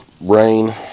rain